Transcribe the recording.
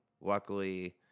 luckily